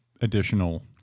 additional